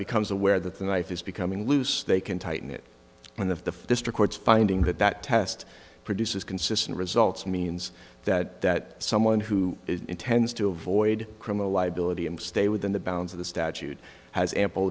becomes aware that the knife is becoming loose they can tighten it when the districts finding that that test produces consistent results means that that someone who intends to avoid criminal liability and stay within the bounds of the statute has ample